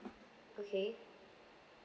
okay